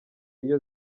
iyo